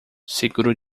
seguro